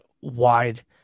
wide